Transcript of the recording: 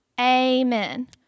Amen